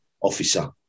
officer